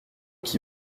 qui